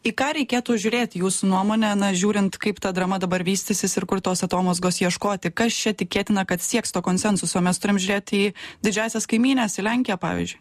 į ką reikėtų žiūrėti jūsų nuomone na žiūrint kaip ta drama dabar vystysis ir kur tos atomazgos ieškoti kas čia tikėtina kad sieks to konsensuso mes turim žiūrėti į didžiąsias kaimynes į lenkiją pavyzdžiui